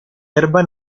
erba